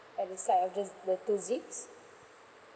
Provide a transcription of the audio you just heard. at the side of this the two zips